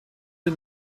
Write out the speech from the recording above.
der